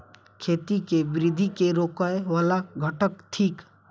खेती केँ वृद्धि केँ रोकय वला घटक थिक?